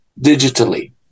digitally